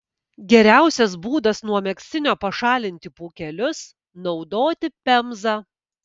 geriausias būdas nuo megztinio pašalinti pūkelius naudoti pemzą